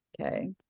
Okay